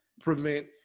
Prevent